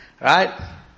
Right